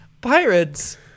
Pirates